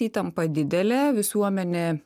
įtampa didelė visuomenė